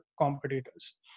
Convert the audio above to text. competitors